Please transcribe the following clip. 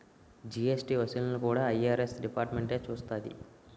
GST వసూళ్లు కూడా IRS డిపార్ట్మెంటే చూస్తాది